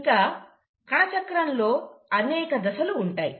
ఇంకా కణచక్రంలో అనేక దశలు ఉంటాయి